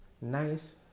nice